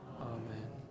amen